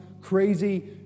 crazy